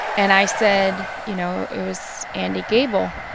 and i said, you know, it was andy gabel,